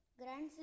Grand